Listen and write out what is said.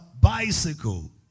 bicycle